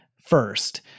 first